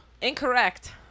Incorrect